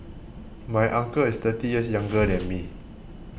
my uncle is thirty years younger than me